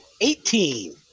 eighteen